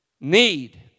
need